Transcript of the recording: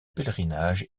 pèlerinage